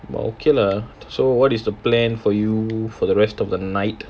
but okay lah so what is the plan for you for the rest of the night